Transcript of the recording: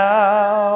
now